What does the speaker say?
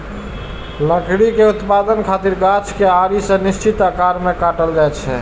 लकड़ी के उत्पादन खातिर गाछ कें आरी सं निश्चित आकार मे काटल जाइ छै